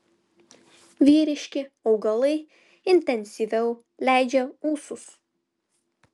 vyriški augalai intensyviau leidžia ūsus